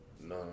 No